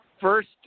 First